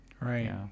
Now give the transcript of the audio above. Right